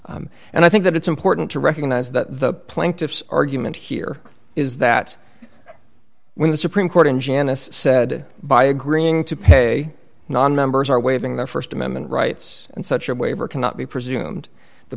party and i think that it's important to recognize that the plaintiff's argument here is that when the supreme court and janice said by agreeing to pay nonmembers are waving their st amendment rights and such a waiver cannot be presumed the